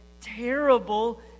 terrible